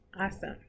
Awesome